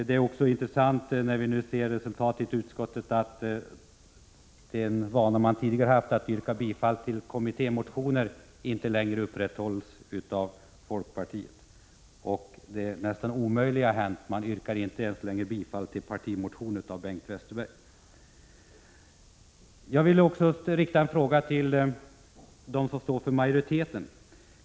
Det är också intressant, när vi nu ser resultatet i utskottet, att den vana man tidigare haft att yrka bifall till kommittémotioner inte upprätthålls av folkpartiet och att det nästan omöjliga har hänt, nämligen att man inte längre yrkar bifall ens till partimotioner med Bengt Westerberg som första namn. Jag vill också rikta en fråga till dem som står för majoriteten.